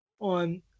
on